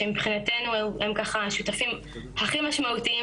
שהם מבחינתנו שותפים הכי משמעותיים